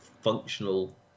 functional